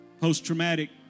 post-traumatic